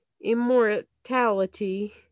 immortality